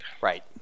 Right